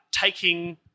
taking